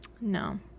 No